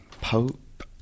Pope